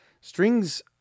strings